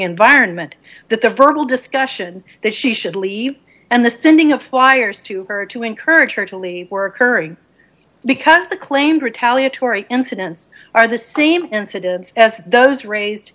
environment that the verbal discussion that she should leave and the sending of flyers to her to encourage her to leave were occurring because the claimed retaliatory incidents are the same incidents as those raised